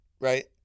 right